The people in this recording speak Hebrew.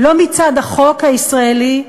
לא מצד החוק הישראלי,